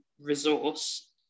resource